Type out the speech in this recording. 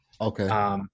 Okay